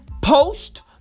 post